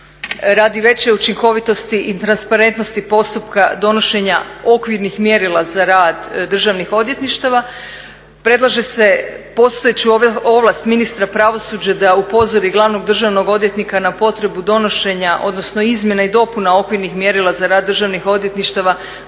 Radi veće učinkovitosti i transparentnosti postupka donošenja okvirnih mjerila za rad državnih odvjetništava predlaže se postojeću ovlast ministra pravosuđa da upozori glavnog državnog odvjetnika na potrebu donošenja odnosno izmjena i dopuna okvirnih mjerila za rad državnih odvjetništava